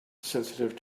sensitive